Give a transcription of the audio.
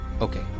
Okay